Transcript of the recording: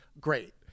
great